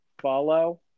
follow